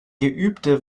geübte